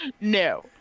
No